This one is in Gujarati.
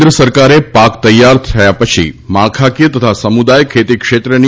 કેન્દ્ર સરકારે પાક તૈયાર થયા પછી માળખાકીય તથા સમુદાય ખેતી ક્ષેત્રની